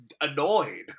annoyed